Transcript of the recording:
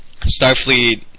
Starfleet